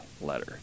letter